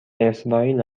اسرائیل